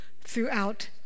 throughout